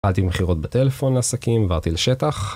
קבעתי מחירות בטלפון לעסקים, עברתי לשטח